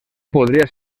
podria